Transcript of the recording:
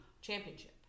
championship